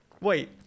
Wait